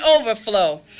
overflow